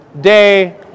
day